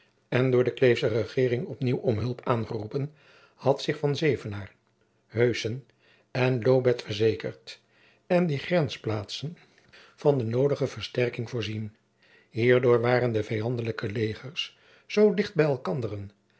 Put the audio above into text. en door de kleefsche regeering op nieuw om hulp aangeroepen had zich van zevenaar heussen en lobeth verzekerd en die grensplaatsen van de noodige versterking voorzien hierdoor waren de vijandelijke legers zoo dicht bij elkanderen